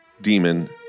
demon